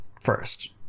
first